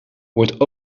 wordt